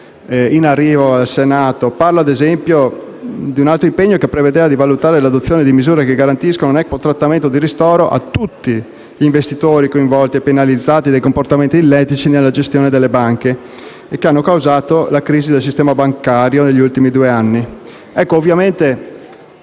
in arrivo al Senato. Mi riferisco, ad esempio, a un impegno che prevedeva di valutare l'adozione di misure che garantiscano un equo trattamento di ristoro a tutti gli investitori coinvolti e penalizzati dai comportamenti illeciti nella gestione delle banche e che hanno causato la crisi del sistema bancario negli ultimi due anni.